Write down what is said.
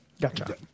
gotcha